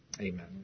Amen